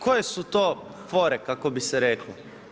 Koje su to fore, kako bi se reklo?